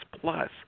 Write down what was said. Plus